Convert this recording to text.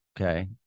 okay